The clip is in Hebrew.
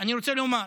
אני רוצה לומר: